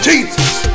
Jesus